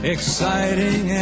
Exciting